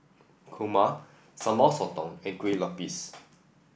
Kurma Sambal Sotong and Kueh Lupis